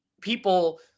people